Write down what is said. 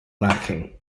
lacking